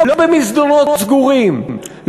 לא במסדרונות סגורים,